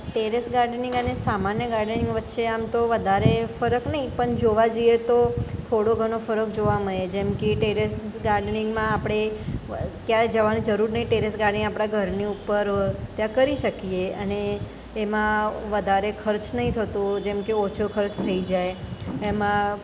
terrace gardening અને સામાન્ય gardening વચ્ચે આમ તો વધારે ફર્ક નહીં પણ જોવા જઈએ તો થોડો ઘણો ફર્ક જોવા મળે જેમકે ટેરેસ ગાર્ડનિંગમાં આપણે ક્યાંય જવાની જરૂર નહીં ટેરેસ ગાર્ડનિંગ આપણા ઘરની ઉપર ત્યાં કરી શકીએ અને એમાં વધારે ખર્ચ નથી થતો જેમકે ઓછો ખર્ચ થઈ જાય એમાં